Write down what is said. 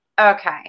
Okay